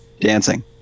dancing